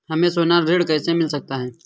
हमें सोना ऋण कैसे मिल सकता है?